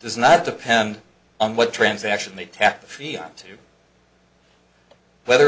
does not depend on what transaction they tack the tree on to whether